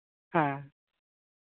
ᱦᱮᱸ